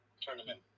tournament